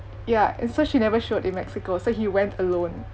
ya and so she never showed in mexico so he went alone